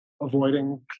avoiding